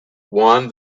won